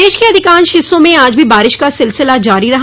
प्रदेश के अधिकांश हिस्सों में आज भी बारिश का सिलसिला जारी रहा